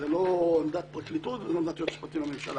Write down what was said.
וזה לא עמדת פרקליטות ולא עמדת היועץ המשפטי לממשלה.